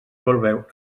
veure